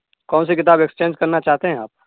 کون سی کتاب ایکسچینج کرنا چاہتے ہیں آپ